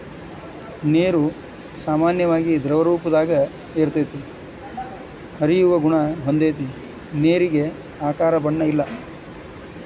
ನೇರು ಸಾಮಾನ್ಯವಾಗಿ ದ್ರವರೂಪದಾಗ ಇರತತಿ, ಹರಿಯುವ ಗುಣಾ ಹೊಂದೆತಿ ನೇರಿಗೆ ಆಕಾರ ಬಣ್ಣ ಇಲ್ಲಾ